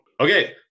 okay